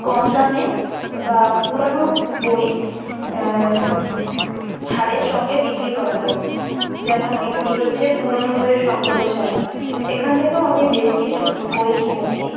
কম দামে বা পুরোনো বই ছাড়ের সঙ্গে বিক্রি করা হয় যেমন একটি হচ্ছে পুরোনো বইয়ের সংগ্রহশালা সেখান থেকেও আমি বেশ কিছু বই কিনেছি